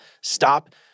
Stop